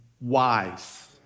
wise